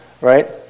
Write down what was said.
right